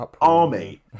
army